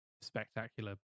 spectacular